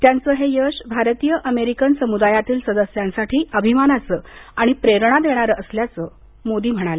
त्यांचं हे यश भारतीय अमेरिकन समुदायातील सदस्यांसाठी अभिमानांचं आणि प्रेरणा देणारे असल्याचं मोदी म्हणाले